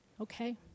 Okay